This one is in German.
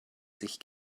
sich